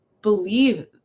believe